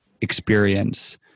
experience